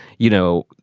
you know,